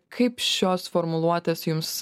kaip šios formuluotės jums